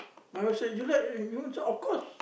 my wife say you like this one of course